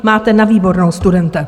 Máte na výbornou, studente!